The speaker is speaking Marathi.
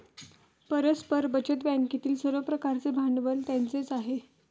परस्पर बचत बँकेतील सर्व प्रकारचे भागभांडवल त्यांचेच आहे